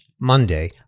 Monday